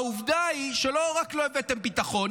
העובדה היא שלא רק שלא הבאתם ביטחון,